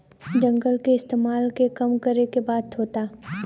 जंगल के इस्तेमाल के कम करे के बात होता